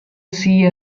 see